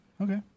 Okay